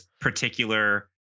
particular